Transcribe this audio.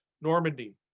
Normandy